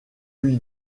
lui